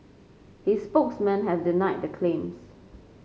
his spokesmen have denied the claims